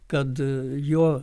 kad jo